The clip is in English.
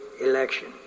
election